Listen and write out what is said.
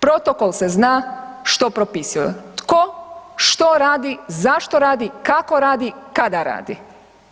Protokol se zna što propisuje, tko što radi, zašto radi, kako radi, kada radi